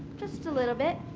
just a little bit.